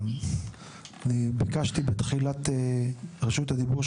הבאתי מטפלת מאוזבקיסטן,